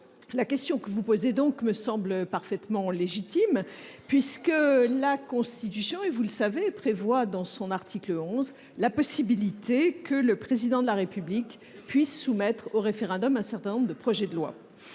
La question que vous posez me semble parfaitement légitime puisque la Constitution, vous le savez, prévoit en son article 11 la possibilité que le Président de la République soumette au référendum un certain nombre de projets de loi.